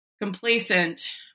complacent